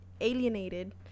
alienated